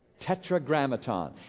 Tetragrammaton